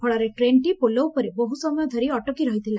ଫଳରେ ଟ୍ରେନ୍ଟି ପୋଲ ଉପରେ ବହୁସମୟ ଧରି ଅଟକି ରହିଥିଲା